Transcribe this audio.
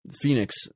Phoenix